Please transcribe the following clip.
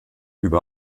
über